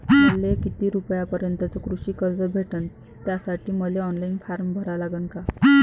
मले किती रूपयापर्यंतचं कृषी कर्ज भेटन, त्यासाठी मले ऑनलाईन फारम भरा लागन का?